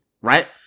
Right